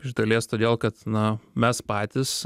iš dalies todėl kad na mes patys